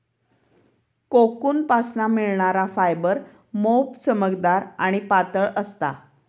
कोकूनपासना मिळणार फायबर मोप चमकदार आणि पातळ असता